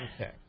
Okay